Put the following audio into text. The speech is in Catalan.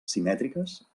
simètriques